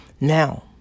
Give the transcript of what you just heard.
now